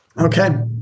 Okay